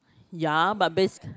ya but base